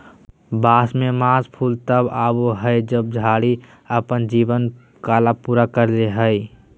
बांस में मास फूल तब आबो हइ जब झाड़ी अपन जीवन काल पूरा कर ले हइ